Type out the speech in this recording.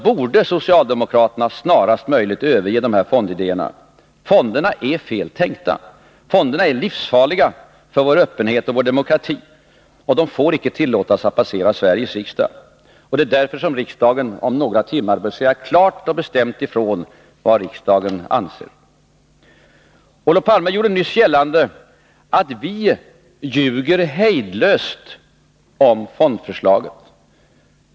— borde socialdemokraterna snarast möjligt överge dessa fondidéer. Fonderna är fel tänkta. Fonderna är livsfarliga för vår öppenhet och för vår demokrati, och förslaget får icke tillåtas att passera Sveriges riksdag. Det är därför som Sveriges riksdag om några timmar bör säga klart och bestämt ifrån vad riksdagen anser. Olof Palme gjorde nyss gällande att vi ljuger hejdlöst om fondförslaget.